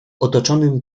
otoczonym